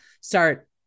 start